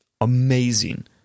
amazing